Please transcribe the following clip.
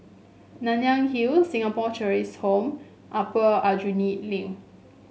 Nanyang Hill Singapore Cheshire Home Upper Aljunied Link